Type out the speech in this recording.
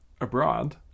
Abroad